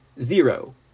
zero